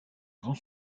grand